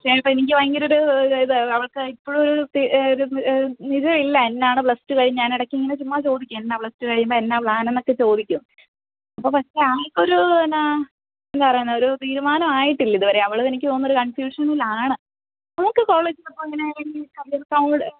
ചിലപ്പോള് എനിക്ക് ഭയങ്കരമൊരു ഇത് അവൾക്ക് ഇപ്പോഴും ഇത് ഇല്ല എന്നാണ് പ്ലസ് റ്റു കഴിഞ്ഞ് ഞാന് ഇടയ്ക്കിങ്ങനെ ചുമ്മാ ചോദിക്കും എന്നാ പ്ലസ് റ്റു കഴിയുമ്പോള് എന്നാ പ്ലാനെന്നൊക്കെ ചോദിക്കും അപ്പോള് രു എന്നാ എന്നാ പറയുന്നെ ഒരു തീരുമാനം ആയിട്ടില്ലിതുവരെ അവള് എനിക്കു തോന്നുന്നൊരു കൺഫ്യൂഷനിലാണ് അവൾക്ക് കോളേജില് പോവുകയോ അങ്ങനെ